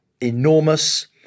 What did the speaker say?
enormous